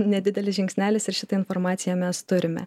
nedidelis žingsnelis ir šitą informaciją mes turime